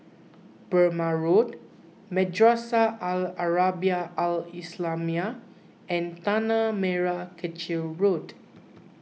Burmah Road Madrasah Al Arabiah Al Islamiah and Tanah Merah Kechil Road